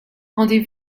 rendez